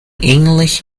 english